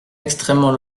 extrêmement